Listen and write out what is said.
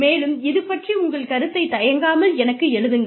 மேலும் இது பற்றி உங்கள் கருத்தை தயங்காமல் எனக்கு எழுதுங்கள்